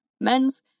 men's